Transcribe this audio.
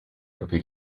propri